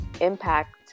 impact